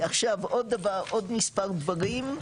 עכשיו עוד מספר דברים.